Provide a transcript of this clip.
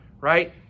right